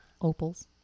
Opals